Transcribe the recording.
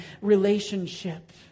relationship